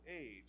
age